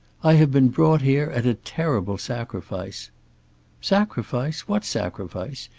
i have been brought here, at a terrible sacrifice sacrifice! what sacrifice?